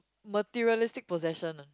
materialistic possession ah